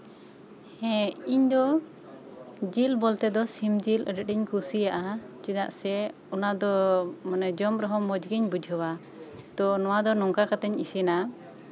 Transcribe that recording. ᱦᱮᱸ ᱤᱧ ᱫᱚ ᱡᱮᱹᱞ ᱵᱚᱞᱛᱮ ᱫᱚ ᱥᱤᱢ ᱡᱮᱞ ᱟᱰᱤ ᱟᱸᱴᱤᱧ ᱠᱩᱥᱤᱭᱟᱜᱼᱟ ᱪᱮᱫᱟᱜ ᱥᱮ ᱢᱟᱱᱮ ᱚᱱᱟ ᱫᱚ ᱡᱚᱢ ᱨᱮᱦᱚᱸ ᱢᱚᱸᱡᱽ ᱜᱤᱧ ᱵᱩᱡᱷᱟᱹᱣᱟ ᱛᱚ ᱱᱚᱶᱟ ᱫᱚ ᱱᱚᱝᱠᱟ ᱠᱟᱛᱤᱧ ᱤᱥᱤᱱᱟ